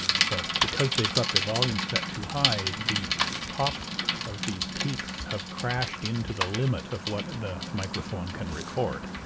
so because they got their volume set too high the tops of these peaks have crashed into the limits of what the microphone can record.